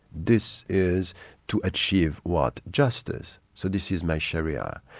this is to achieve what? justice. so this is my sharia.